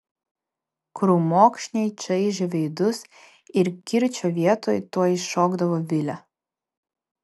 krūmokšniai čaižė veidus ir kirčio vietoj tuoj iššokdavo vilė